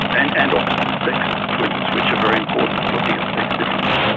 and and opposite sex twins, which are very important for looking at sex differences.